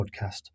podcast